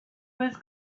was